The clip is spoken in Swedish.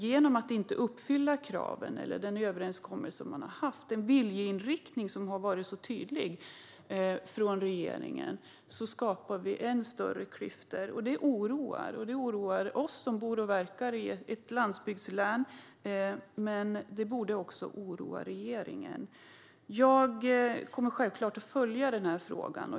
Genom att inte uppfylla den överenskommelse man har haft och den viljeriktning som har varit så tydlig från regeringen skapas ännu större klyftor, och det oroar. Det oroar oss som bor och verkar i ett landsbygdslän, men det borde också oroa regeringen. Jag kommer givetvis att fortsätta att följa denna fråga.